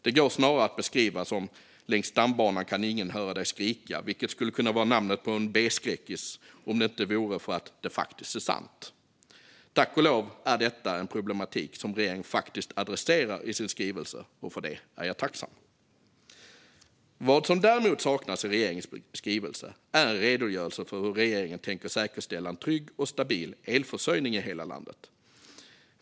Den går snarare att beskriva som "Längs stambanan kan ingen höra dig skrika", vilket skulle kunnat vara namnet på en B-skräckis om det inte vore för att det faktiskt är sant. Tack och lov är detta en problematik som regeringen faktiskt adresserar i sin skrivelse, och för det är jag tacksam. Vad som däremot saknas i regeringens skrivelse är en redogörelse för hur regeringen tänker säkerställa en trygg och stabil elförsörjning i hela landet.